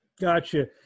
Gotcha